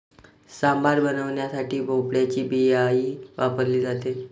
सांबार बनवण्यासाठी भोपळ्याची बियाही वापरली जाते